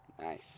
Nice